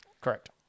Correct